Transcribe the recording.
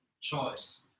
choice